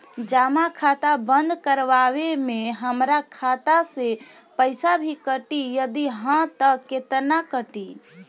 जमा खाता बंद करवावे मे हमरा खाता से पईसा भी कटी यदि हा त केतना कटी?